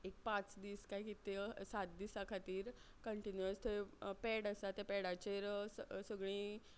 एक पांच दीस काय कितें सात दिसा खातीर कंटिन्युअस थंय पेड आसा त्या पेडाचेर स सगळीं